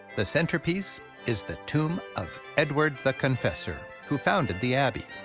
the centerpiece is the tomb of edward the confessor, who founded the abbey.